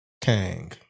Kang